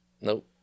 Nope